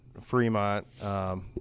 Fremont